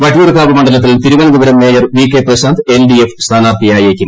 വട്ടിയൂർക്കാവ് മണ്ഡലത്തിൽ Thiruvananthapuram mayor V K Prashanth L D F സ്ഥാനാർത്ഥിയായേക്കും